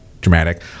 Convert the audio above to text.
dramatic